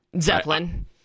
Zeppelin